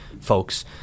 folks